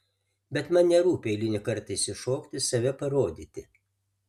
bet man nerūpi eilinį kartą išsišokti save parodyti